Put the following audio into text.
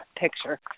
picture